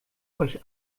euch